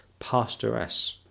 pastoress